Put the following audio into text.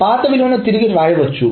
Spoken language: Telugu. పాత విలువను తిరిగి వ్రాయవచ్చు